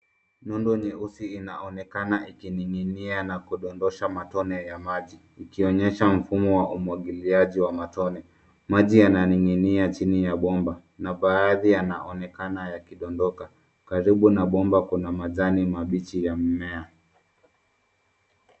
Nondo nyeusi inaonekana ikining'inia na kudondosha matone ya maji ikionyesha mfumo wa umwagiliaji wa matone. Maji yananing'inia chini ya bomba na baadhi yanaonekana ya kidondoka. Karibu na bomba kuna majani mabichi ya mmea.